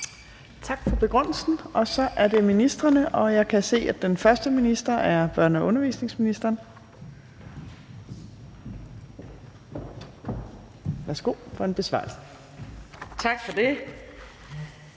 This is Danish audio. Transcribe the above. Tak for begrundelsen. Så er det ministrene, og jeg kan se, at den første minister er børne- og undervisningsministeren. Værsgo for en besvarelse. Kl.